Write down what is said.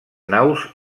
naus